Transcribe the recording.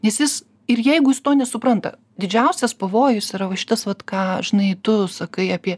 nes jis ir jeigu jis to nesupranta didžiausias pavojus yra va šitas vat ką žinai tu sakai apie